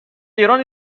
ایران